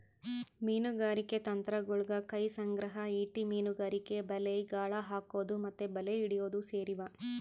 ಮೀನುಗಾರಿಕೆ ತಂತ್ರಗುಳಗ ಕೈ ಸಂಗ್ರಹ, ಈಟಿ ಮೀನುಗಾರಿಕೆ, ಬಲೆ, ಗಾಳ ಹಾಕೊದು ಮತ್ತೆ ಬಲೆ ಹಿಡಿಯೊದು ಸೇರಿವ